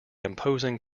imposing